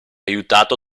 aiutato